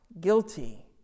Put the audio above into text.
guilty